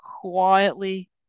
quietly